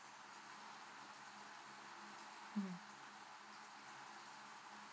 mm